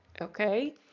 Okay